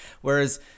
Whereas